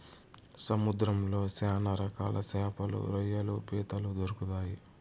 సముద్రంలో శ్యాన రకాల శాపలు, రొయ్యలు, పీతలు దొరుకుతాయి